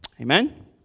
Amen